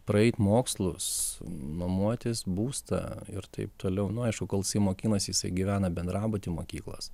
praeit mokslus nuomotis būstą ir taip toliau nu aišku kol jisai mokinasi jisai gyvena bendrabuty mokyklos